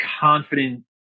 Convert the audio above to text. confident